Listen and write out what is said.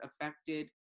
affected